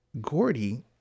Gordy